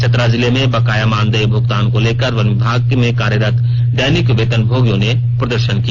चतरा जिले में बकाया मानदेय भूगतान को लेकर वन विभाग में कार्यरत दैनिक वेतनभोगियों ने प्रदर्शन किया